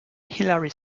hilary